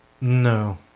no